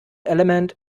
element